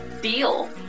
deal